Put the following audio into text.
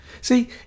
See